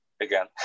again